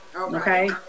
okay